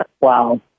Wow